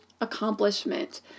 accomplishment